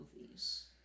movies